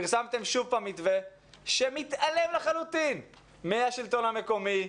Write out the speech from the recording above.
פרסמתם שוב פעם מתווה שמתעלם לחלוטין מהשלטון המקומי,